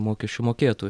mokesčių mokėto